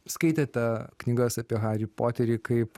skaitėte knygas apie harį poterį kaip